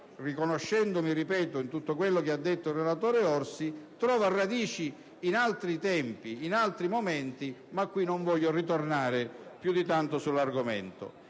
riconoscendomi - ripeto - in tutto quello che ha detto il relatore Orsi - trova radici in altri tempi, in altri momenti, ma non voglio ritornare più di tanto sull'argomento.